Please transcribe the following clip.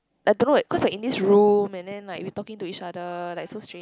I don't know leh cause we're in this room and then like we talking to each other like so strange